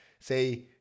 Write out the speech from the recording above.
Say